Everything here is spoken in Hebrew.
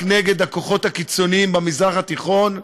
נגד הכוחות הקיצוניים במזרח התיכון?